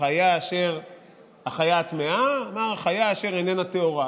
החיה אשר טמאה, הוא אמר: החיה אשר איננה טהורה.